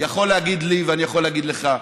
יכול להגיד לי ואני יכול להגיד לך: